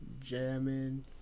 jamming